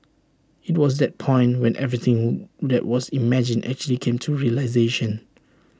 IT was that point when everything that was imagined actually came to realisation